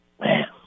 Man